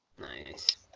Nice